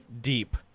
deep